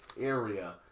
area